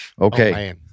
Okay